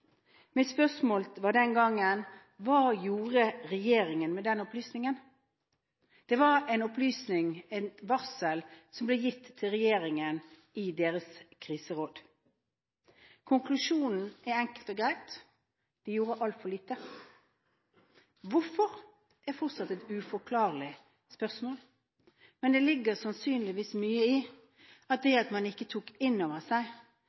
Mitt spørsmål var den gang: Hva gjorde regjeringen med den opplysningen? Det var en opplysning, et varsel, som ble gitt til regjeringen i deres kriseråd. Konklusjonen er enkel og grei: De gjorde altfor lite. Hvorfor, er fortsatt et uforklarlig spørsmål. Men det ligger sannsynligvis mye i at man ikke tok inn over seg